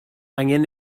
angen